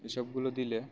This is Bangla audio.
এইসবগুলো দিলে